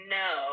no